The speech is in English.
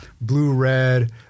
blue-red